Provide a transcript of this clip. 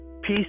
peace